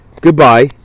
Goodbye